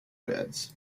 beds